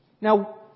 Now